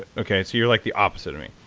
okay so you're like the opposite of me.